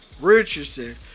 Richardson